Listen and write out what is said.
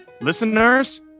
listeners